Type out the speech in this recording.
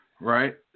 Right